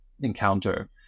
encounter